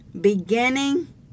beginning